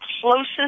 closest